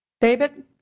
David